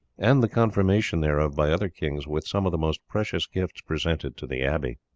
and the confirmation thereof by other kings, with some of the most precious gifts presented to the abbey.